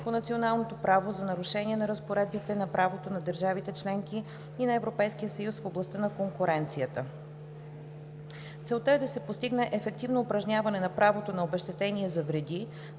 по националното право за нарушения на разпоредбите на правото на държавите членки и на Европейския съюз в областта на конкуренцията. Целта е да се постигне ефективно упражняване на правото на обезщетение за вреди,